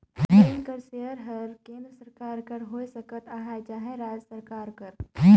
bank कर share हर केन्द्र सरकार कर होए सकत अहे चहे राएज सरकार कर